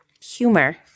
humor